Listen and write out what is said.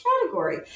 category